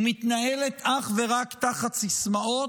ומתנהלת אך ורק תחת סיסמאות.